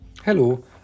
Hello